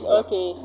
okay